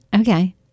okay